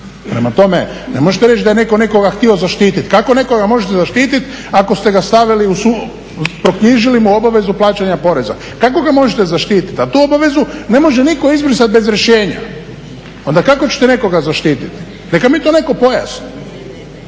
Prema tome, ne možete reći da je netko nekoga htio zaštitit. Kako nekoga možete zaštitit ako ste ga stavili, proknjižili mu obvezu plaćanja poreza. Kako ga možete zaštitit? A tu obavezu ne može nitko izbrisat bez rješenja, onda kako ćete nekoga zaštititi? Neka mi to netko pojasni.